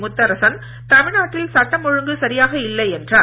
முத்தரசன் தமிழ்நாட்டில் சட்டம் ஒழுங்கு சரியாக இல்லை என்றார்